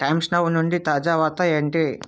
times Now నుండి తాజా వార్త ఏంటి